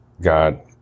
God